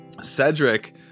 Cedric